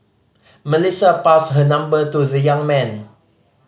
Melissa passed her number to the young man